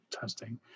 testing